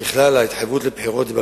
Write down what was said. ככלל, ההתחייבות לבחירות, על